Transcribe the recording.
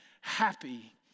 happy